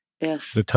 Yes